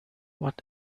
what